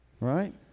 Right